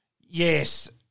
Yes